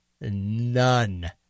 None